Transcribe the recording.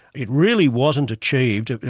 it really wasn't achieved,